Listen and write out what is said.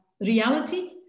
reality